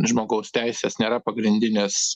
žmogaus teisės nėra pagrindinės